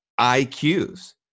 IQs